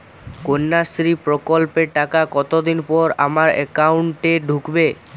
কন্যাশ্রী প্রকল্পের টাকা কতদিন পর আমার অ্যাকাউন্ট এ ঢুকবে?